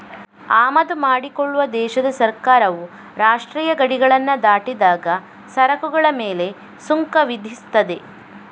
ಆಮದು ಮಾಡಿಕೊಳ್ಳುವ ದೇಶದ ಸರ್ಕಾರವು ರಾಷ್ಟ್ರೀಯ ಗಡಿಗಳನ್ನ ದಾಟಿದಾಗ ಸರಕುಗಳ ಮೇಲೆ ಸುಂಕ ವಿಧಿಸ್ತದೆ